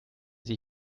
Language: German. sie